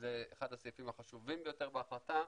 שזה אחד הסעיפים החשובים ביותר בהחלטה.